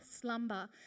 slumber